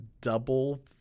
double